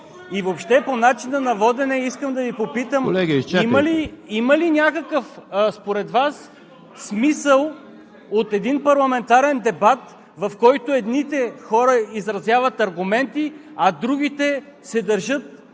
Въобще по начина на водене искам да Ви попитам: има ли някакъв според Вас смисъл от един парламентарен дебат, в който едните хора изразяват аргументи, а другите се държат